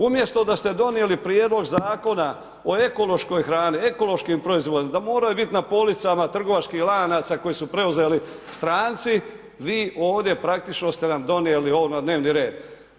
Umjesto da ste donijeli prijedlog zakona o ekološkoj hrani, o ekološkim proizvodima da moraju biti na policama trgovačkih lanaca koji su preuzeli stranci, vi ovdje praktički ste nam donijeli ovo na dnevni red.